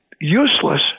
useless